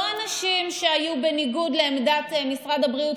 לא אנשים שהיו בניגוד לעמדת משרד הבריאות,